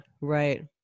right